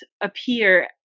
appear